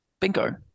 bingo